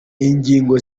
ingingo